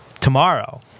tomorrow